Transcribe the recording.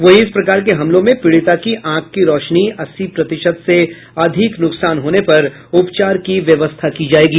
वहीं इस प्रकार के हमलों में पीड़िता की आंख की रोशनी अस्सी प्रतिशत से अधिक नुकसान होने पर उपचार की व्यवस्था की जायेगी